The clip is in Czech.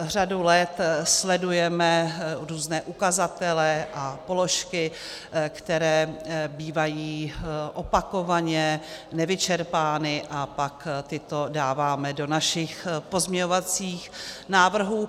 Řadu let sledujeme různé ukazatele a položky, které bývají opakovaně nevyčerpány, a pak tyto dáváme do našich pozměňovacích návrhů.